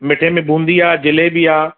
मिठे में बूंदी आहे जिलेबी आहे